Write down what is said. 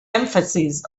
emphasis